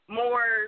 more